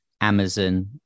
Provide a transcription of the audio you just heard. Amazon